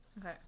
Okay